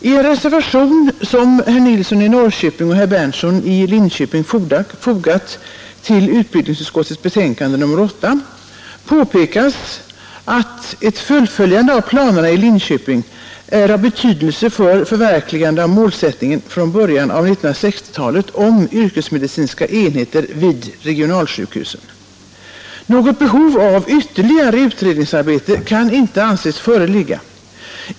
I en reservation som herr Nilsson i Norrköping och herr Berndtson i Linköping fogat till utbildningsutskottets betänkande nr 8 påpekas att ett fullföljande av planerna i Linköping är av betydelse för förverkligandet av målsättningen från början av 1960-talet om yrkesmedicinska enheter vid regionsjukhusen. Något behov av ytterligare utredningsarbete kan inte anses föreligga.